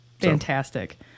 Fantastic